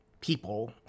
people